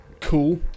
Cool